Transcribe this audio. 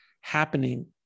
happening